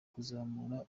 kuzamura